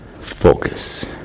focus